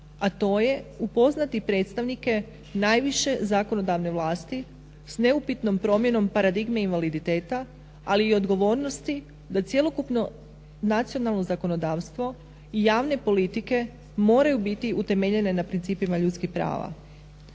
a to je upoznati predstavnike najviše zakonodavne vlasti s neupitnom promjenom paradigme i invaliditeta ali i odgovornosti da cjelokupno nacionalno zakonodavstvo i javne politike moraju biti utemeljene na principima ljudskih prava.